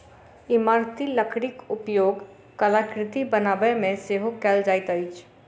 इमारती लकड़ीक उपयोग कलाकृति बनाबयमे सेहो कयल जाइत अछि